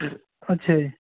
ਅੱਛਾ ਜੀ